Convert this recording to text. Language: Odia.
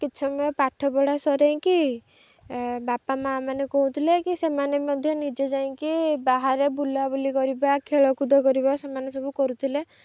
କିଛି ସମୟ ପାଠପଢ଼ା ସରେଇକି ବାପା ମାଆମାନେ କହୁଥିଲେ କି ସେମାନେ ମଧ୍ୟ ନିଜେ ଯାଇକି ବାହାରେ ବୁଲାବୁଲି କରିବା ଖେଳକୁଦ କରିବା ସେମାନେ ସବୁ କରୁଥିଲେ